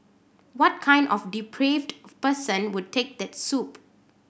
what kind of depraved person would take the soup